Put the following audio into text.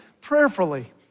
prayerfully